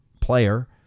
player